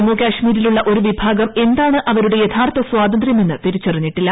ജമ്മുകാശ്മീരിലുള്ള ഒരു വിഭാഗം എന്താണ് അവരുടെ യഥാർത്ഥ സ്വാതന്ത്ര്യമെന്ന് തിരിച്ചറിഞ്ഞിട്ടില്ല